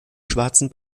schwarzen